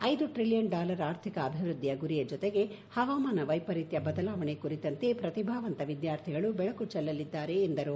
ಐದು trillion dollar ಆರ್ಥಿಕ ಅಭಿವೃದ್ದಿಯ ಗುರಿ ಜೊತೆಗೆ ಹವಾಮಾನ ವೈಪರೀತ್ಯ ಬದಲಾವಣೆ ಕುರಿತಂತೆ ಪ್ರತಿಭಾವಂತ ವಿದ್ಯಾರ್ಥಿಗಳು ಬೆಳಕು ಚೆಲ್ಲಲಿದ್ದಾರೆ ಎಂದರು